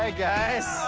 ah guys.